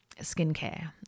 skincare